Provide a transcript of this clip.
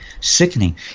sickening